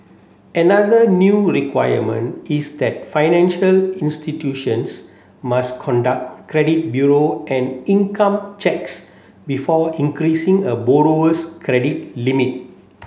another new requirement is that financial institutions must conduct credit bureau and income checks before increasing a borrower's credit limit